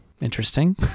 interesting